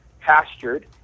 pastured